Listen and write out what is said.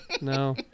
no